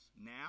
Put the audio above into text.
now